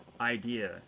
idea